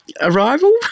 Arrival